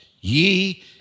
ye